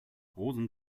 rosen